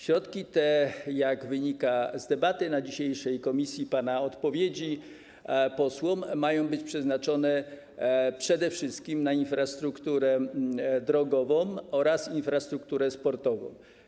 Środki te, jak wynika z debaty na dzisiejszym posiedzeniu komisji i pana odpowiedzi udzielonej posłom, mają być przeznaczone przede wszystkim na infrastrukturę drogową oraz infrastrukturę sportową.